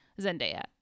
Zendaya